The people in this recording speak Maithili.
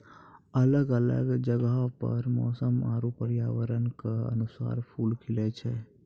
अलग अलग जगहो पर मौसम आरु पर्यावरण क अनुसार फूल खिलए छै